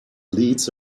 leads